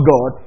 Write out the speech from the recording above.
God